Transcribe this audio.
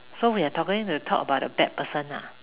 so we are going to talk about the bad person lah